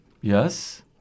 Yes